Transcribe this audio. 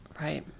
Right